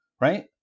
right